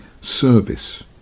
service